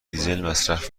مصرف